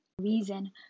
Reason